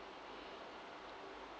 do you